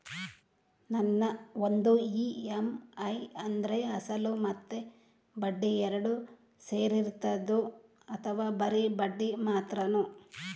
ಒಂದು ಇ.ಎಮ್.ಐ ಅಂದ್ರೆ ಅಸಲು ಮತ್ತೆ ಬಡ್ಡಿ ಎರಡು ಸೇರಿರ್ತದೋ ಅಥವಾ ಬರಿ ಬಡ್ಡಿ ಮಾತ್ರನೋ?